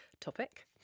topic